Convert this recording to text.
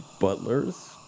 butlers